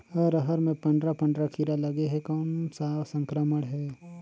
अरहर मे पंडरा पंडरा कीरा लगे हे कौन सा संक्रमण हे?